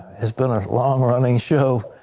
has been a long-running show.